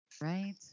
Right